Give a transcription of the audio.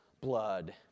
blood